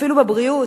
אפילו בבריאות.